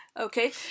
okay